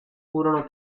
furono